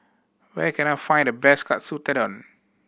where can I find the best Katsu Tendon